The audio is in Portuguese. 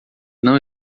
não